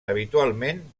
habitualment